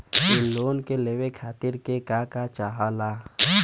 इ लोन के लेवे खातीर के का का चाहा ला?